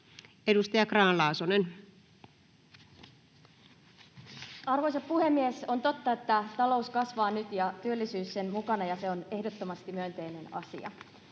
Edustaja Grahn-Laasonen. Arvoisa puhemies! On totta, että talous kasvaa nyt ja työllisyys sen mukana, ja se on ehdottomasti myönteinen asia.